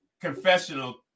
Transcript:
confessional